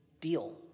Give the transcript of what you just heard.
deal